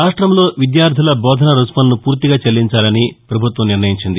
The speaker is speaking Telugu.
రాష్టంలో విద్యార్దుల బోధన రుసుములను పూర్తిగా చెల్లించాలని పభుత్వం నిర్ణయించింది